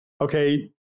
okay